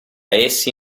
essi